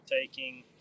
taking